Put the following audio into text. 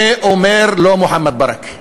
את זה אומר לא מוחמד ברכה,